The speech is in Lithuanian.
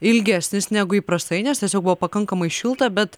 ilgesnis negu įprastai nes tiesiog buvo pakankamai šilta bet